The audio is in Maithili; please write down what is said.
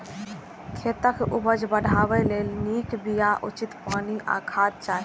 खेतक उपज बढ़ेबा लेल नीक बिया, उचित पानि आ खाद चाही